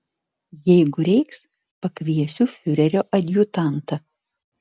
jeigu reiks pakviesiu fiurerio adjutantą